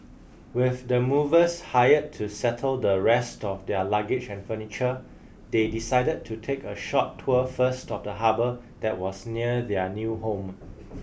with the movers hired to settle the rest of their luggage and furniture they decided to take a short tour first of the harbour that was near their new home